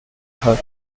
her